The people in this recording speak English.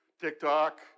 TikTok